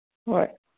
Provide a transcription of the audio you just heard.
ꯍꯣꯏ